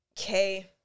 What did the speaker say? Okay